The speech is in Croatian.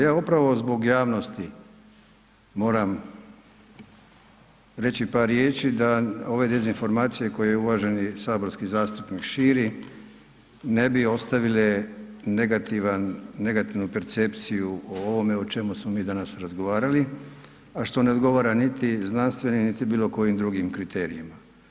Ja upravo zbog javnosti, moram reći par riječi da ove dezinformacije koje je uvaženi saborski zastupnik širi ne bi ostavile negativnu percepciju o ovome o čemu smo mi danas razgovarali, a što ne odgovara niti znanstvenim niti bilo kojim drugim kriterijima.